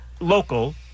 Local